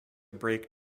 break